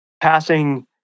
passing